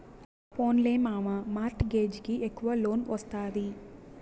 పోన్లే మావా, mortgage కి ఎక్కవ లోన్ ఒస్తాది